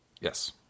Yes